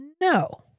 No